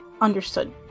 Understood